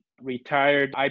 retired